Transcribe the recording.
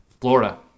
Florida